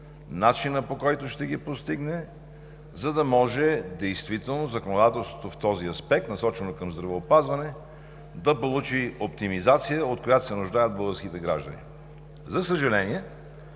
начина, по който ще ги постигне, за да може действително законодателството в този аспект, насочено към здравеопазване, да получи оптимизацията, от която се нуждаят българските граждани. За съжаление,